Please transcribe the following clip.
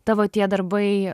tavo tie darbai